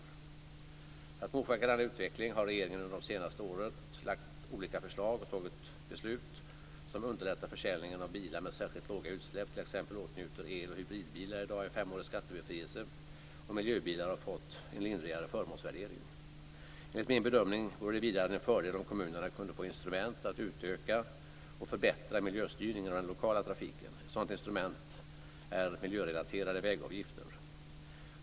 För att motverka denna utveckling har regeringen under det senaste året lagt fram olika förslag och fattat vissa beslut som underlättar försäljningen av bilar med särskilt låga utsläpp, t.ex. åtnjuter el och hybridbilar i dag en femårig skattebefrielse och miljöbilar har fått en lindrigare förmånsvärdering. Enligt min bedömning vore det vidare en fördel om kommunerna kunde få instrument att utöka och förbättra miljöstyrningen av den lokala trafiken. Ett sådant instrument vore miljörelaterade vägavgifter.